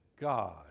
God